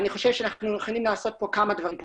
אני חושב שאנחנו מוכנים לעשות בארץ כמה דברים: